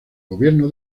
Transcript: gobierno